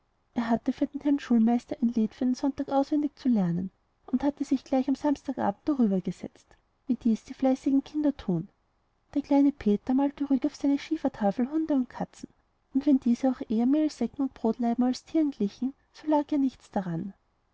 er hatte für den herrn schulmeister ein lied über den sonntag auswendig zu lernen und hatte sich gleich am samstag abend darüber gesetzt wie dies die fleißigen kinder tun der kleine peter malte ruhig auf seine schiefertafel hunde und katzen und wenn diese auch eher mehlsäcken und brotlaiben als tieren glichen so lag ja nichts daran